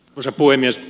arvoisa puhemies